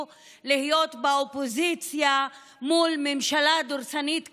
להיות באופוזיציה מול ממשלה דורסנית כזאת,